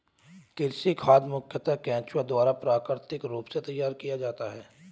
कृमि खाद मुखयतः केंचुआ द्वारा प्राकृतिक रूप से तैयार किया जाता है